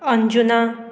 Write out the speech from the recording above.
Anjuna